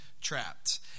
trapped